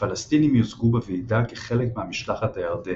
הפלסטינים יוצגו בוועידה כחלק מהמשלחת הירדנית.